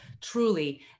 truly